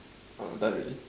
orh done already